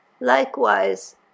likewise